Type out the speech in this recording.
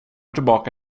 tillbaka